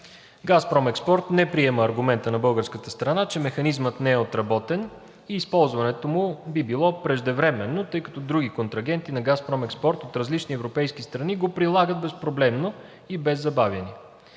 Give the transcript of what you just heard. „Газпром Експорт“ не приема аргумента на българската страна, че механизмът не е отработен и използването му би било преждевременно, тъй като други контрагенти на ООО „Газпром Експорт“ от различни европейски страни го прилагат безпроблемно и без забавяния.